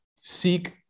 seek